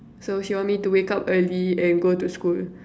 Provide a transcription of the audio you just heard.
so she want me to wake up early and go to school